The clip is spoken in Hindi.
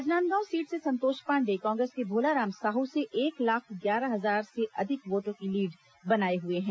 राजनांदगांव सीट से संतोष पांडेय कांग्रेस के भोलाराम साहू से एक लाख ग्यारह हजार से अधिक वोटों की लीड़ बनाए हुए हैं